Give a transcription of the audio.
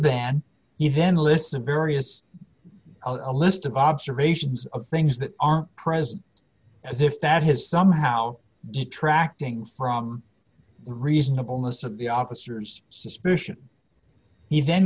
than even lists of various a list of observations of things that aren't present as if that has somehow detracting from reasonableness of the officers suspicion he then